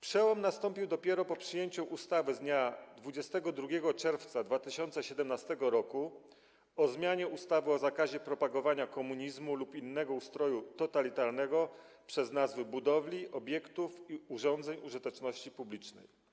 Przełom nastąpił dopiero po przyjęciu ustawy z dnia 22 czerwca 2017 r. o zmianie ustawy o zakazie propagowania komunizmu lub innego ustroju totalitarnego przez nazwy budowli, obiektów i urządzeń użyteczności publicznej.